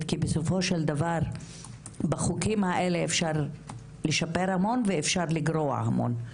כי בסופו של דבר בחוקים האלה אפשר לשפר המון ואפשר לגרוע המון.